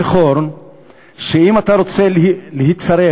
זכור שאם אתה רוצה להיצרב,